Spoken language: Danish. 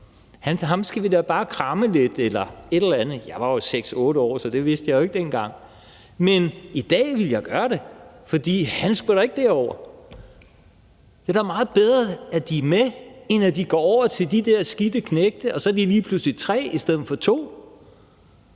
Ham Michael skal vi da bare kramme lidt. Jeg var 6-8 år, så det vidste jeg jo ikke dengang, men i dag ville jeg gøre det, for han skulle da ikke derover. Det er da meget bedre, at de er med, end at de går over til de der skidte knægte, og så er de lige pludselig tre i stedet for to.